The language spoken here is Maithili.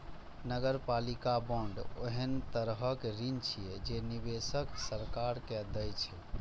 नगरपालिका बांड ओहन तरहक ऋण छियै, जे निवेशक सरकार के दै छै